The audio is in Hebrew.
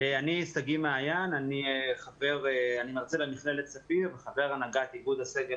אני מרצה במכללת ספיר וחבר הנהגת איגוד הסגל